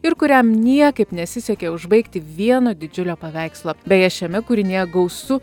ir kuriam niekaip nesisekė užbaigti vieno didžiulio paveikslo beje šiame kūrinyje gausu